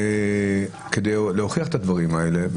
כדי להוכיח את הדברים האלה,